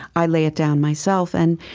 i lay it down myself. and,